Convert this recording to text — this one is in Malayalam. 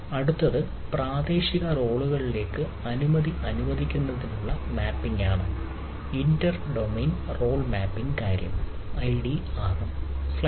അടുത്തത് പ്രാദേശിക റോളുകളിലേക്ക് അനുമതി അനുവദിക്കുന്നതിനുള്ള മാപ്പിംഗ് ആണ് ഇന്റർ ഡൊമെയ്ൻ റോൾ മാപ്പിംഗ് കാര്യം IDRM